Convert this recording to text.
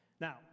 now